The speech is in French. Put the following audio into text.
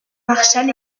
marshall